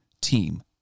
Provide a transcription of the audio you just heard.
team